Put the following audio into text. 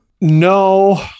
No